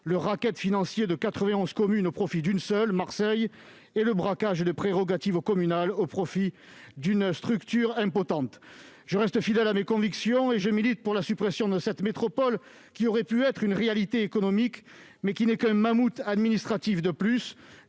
au racket financier de 91 communes au profit d'une seule, Marseille, et au braquage de prérogatives communales au profit d'une structure impotente. Je reste fidèle à mes convictions et je milite pour la suppression de cette métropole, qui aurait pu être une réalité économique, mais qui n'est qu'un mammouth administratif de plus,